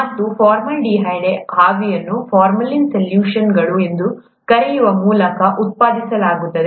ಮತ್ತು ಫಾರ್ಮಾಲ್ಡಿಹೈಡ್ ಆವಿಯನ್ನು ಫಾರ್ಮಾಲಿನ್ ಸಲ್ಯೂಷನ್ಗಳು ಎಂದು ಕರೆಯುವ ಮೂಲಕ ಉತ್ಪಾದಿಸಲಾಗುತ್ತದೆ